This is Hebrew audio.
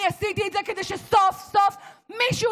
אני עשיתי את זה כדי שסוף-סוף מישהו